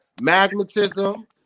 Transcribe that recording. magnetism